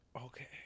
Okay